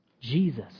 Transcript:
Jesus